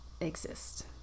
exist